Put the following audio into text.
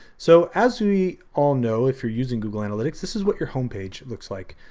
so, as we all know, if you're using google analytics, this is what your homepage looks like.